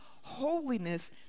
holiness